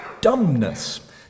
dumbness